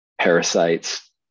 parasites